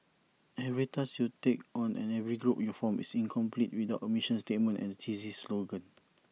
every task you take on and every group you form is incomplete without A mission statement and A cheesy slogan